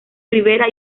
rivera